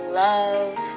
love